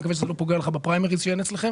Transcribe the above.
אני מקווה שזה לא פוגע לך בפריימריז שאין אצלכם,